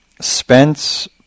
Spence